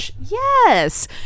Yes